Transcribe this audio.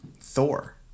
Thor